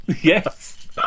Yes